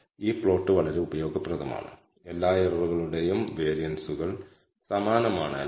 അതുപോലെ β0 ന്റെ 95 ശതമാനം കോൺഫിഡൻസ് ഇന്റർവെൽ അതിന്റെ വേരിയൻസിൽ നിന്ന് നിങ്ങൾക്ക് നിർമ്മിക്കാം